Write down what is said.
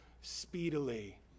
speedily